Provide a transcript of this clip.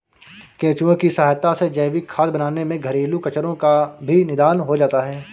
केंचुए की सहायता से जैविक खाद बनाने में घरेलू कचरो का भी निदान हो जाता है